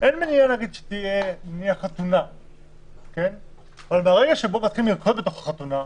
אין מניעה שתהיה נניח חתונה אבל ברגע שהולכים לרקוד בתוך החתונה,